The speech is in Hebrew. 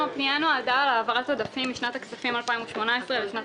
נועדה להעברת עודפים משנת התקציב 2018 לשנת